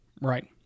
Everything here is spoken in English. right